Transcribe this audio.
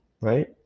right